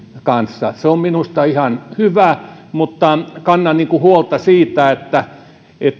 kanssa se on minusta ihan hyvä mutta kannan huolta siitä että